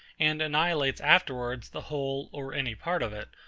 and annihilates afterwards the whole or any part of it,